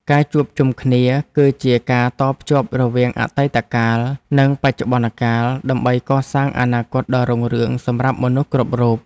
ការជួបជុំគ្នា គឺជាការតភ្ជាប់រវាងអតីតកាល និងបច្ចុប្បន្នកាលដើម្បីកសាងអនាគតដ៏រុងរឿងសម្រាប់មនុស្សគ្រប់រូប។